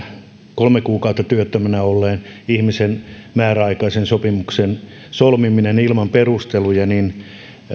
kolme kuukautta työttömänä olleen ihmisen määräaikaisen sopimuksen solmimisesta ilman perusteluja että